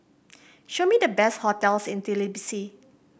show me the best hotels in Tbilisi